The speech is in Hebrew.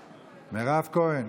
כהן,